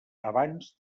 abans